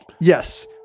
Yes